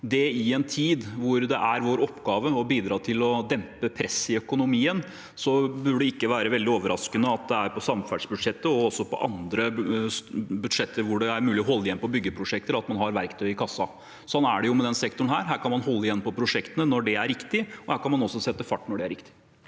I en tid da det er vår oppgave å bidra til å dempe presset i økonomien, burde det ikke være veldig overraskende at det i samferdselsbudsjettet – og i andre budsjetter hvor det er mulig å holde igjen på byggeprosjekter – er verktøy i kassen. Sånn er det i denne sektoren – her kan man holde igjen på prosjektene når det er riktig. Man kan også sette fart når det er riktig.